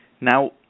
Now